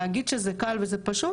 להגיד שזה קל וזה פשוט?